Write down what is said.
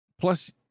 Plus